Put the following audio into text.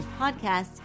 podcast